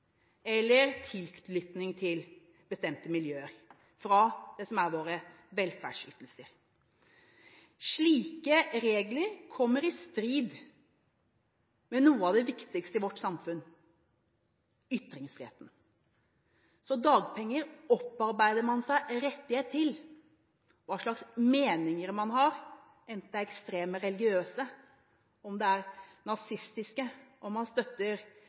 eller med tilknytning til bestemte miljøer fra det som er våre velferdsytelser. Slike regler kommer i strid med noe av det viktigste i vårt samfunn, ytringsfriheten. Så dagpenger opparbeider man seg rett til. Hva slags meninger man har, om det er ekstreme religiøse eller nazistiske holdninger, om man støtter